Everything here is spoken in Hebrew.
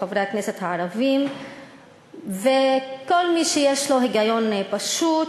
חברי הכנסת הערבים וכל מי שיש לו היגיון פשוט,